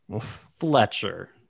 Fletcher